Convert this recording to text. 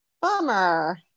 bummer